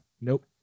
Nope